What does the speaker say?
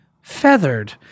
Feathered